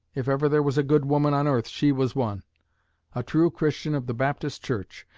if ever there was a good woman on earth, she was one a true christian of the baptist church.